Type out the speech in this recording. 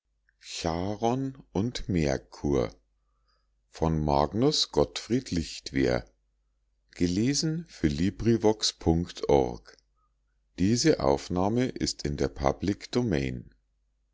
wäre magnus gottfried lichtwer